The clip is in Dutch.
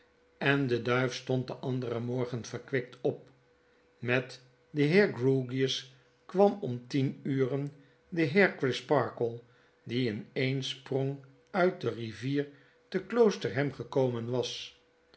en de duif stond den anderen morgen verkwikt op met den heer grewgious kwam om tien uren de heer crisparkle die in een sprong uit de rivier te kloosterham gekomen was